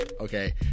Okay